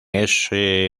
ese